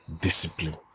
discipline